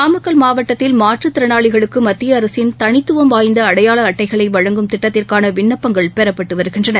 நாமக்கல் மாவட்டத்தில் மாற்றுத் திறனாளிகளுக்கு மத்திய அரசின் தனித்துவம் வாய்ந்த அடையாள அட்டைகளை வழங்கும் திட்டத்திற்கான விண்ணப்பங்கள் பெறப்பட்டு வருகின்றன